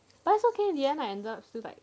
but it's okay in the end I ended up still like